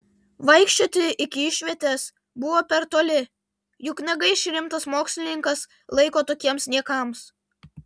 vaikščioti iki išvietės buvo per toli juk negaiš rimtas mokslininkas laiko tokiems niekams